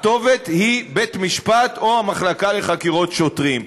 הכתובת היא בית-המשפט או המחלקה לחקירות שוטרים.